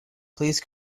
please